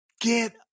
get